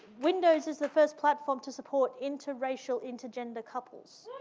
windows is the first platform to support interracial, intergender couples.